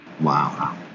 Wow